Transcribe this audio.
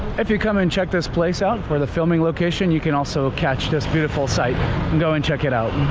if you come and check this place out for the filming location you can also catch this beautiful site and go and check it out